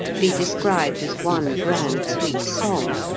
be described as one grand sweet song,